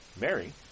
Mary